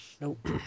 Nope